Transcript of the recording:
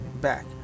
back